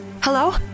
Hello